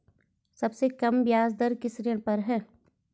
सबसे कम ब्याज दर किस ऋण पर है?